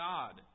God